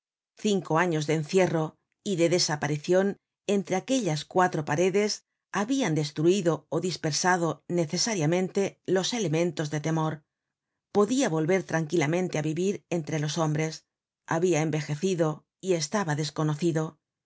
cinco años de encierro y de desaparicion entre aquellas cuatro paredes habian destruido ó dispersado necesariamente los elementos de temor podia volver tranquilamente á vivir entre los hombres habia envejecido y estaba desconocido